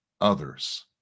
others